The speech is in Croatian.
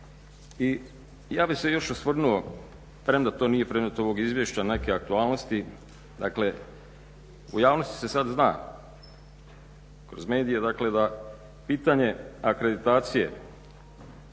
I ja bih se još osvrnuo premda to nije predmet ovog Izvješća, neke aktualnosti. Dakle, u javnosti se sad zna kroz medije, dakle da pitanje akreditacije